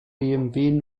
bmw